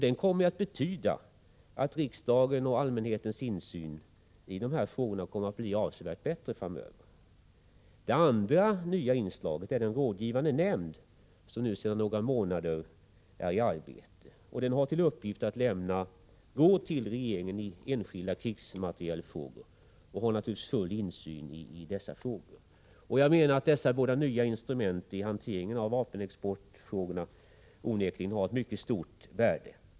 Den kommer att betyda att riksdagens och allmänhetens insyn i dessa frågor kommer att bli avsevärt bättre framöver. Det andra nya inslaget är den rådgivande nämnd som är i arbete sedan några månader tillbaka. Den har till uppgift att lämna råd till regeringen i enskilda krigsmaterielfrågor, och den har naturligtvis full insyn i dessa frågor. Jag menar att dessa båda nya instrument i hanteringen av vapenexportfrågorna onekligen har ett mycket stort värde.